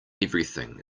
everything